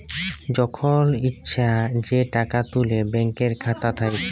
যখল ইছা যে টাকা তুলে ব্যাংকের খাতা থ্যাইকে